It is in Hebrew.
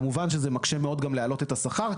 כמובן שזה מקשה מאוד גם להעלות את השכר,